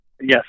Yes